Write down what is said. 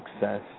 success